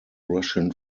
russian